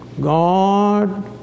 God